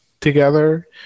together